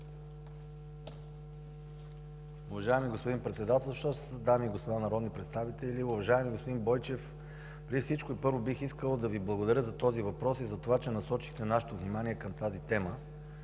благодаря за въпроса и за това, че насочихте нашето внимание към тази тема.